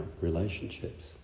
relationships